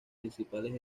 principales